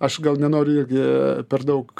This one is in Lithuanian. aš gal nenoriu irgi per daug